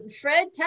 Fred